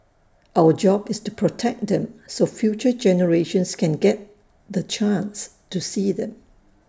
our job is to protect them so future generations can get the chance to see them